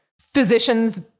physicians